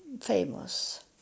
famous